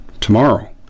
tomorrow